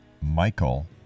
Michael